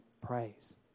praise